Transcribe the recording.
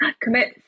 commit